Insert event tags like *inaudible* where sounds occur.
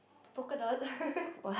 polka dot *laughs*